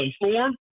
informed